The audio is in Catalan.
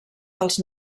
dels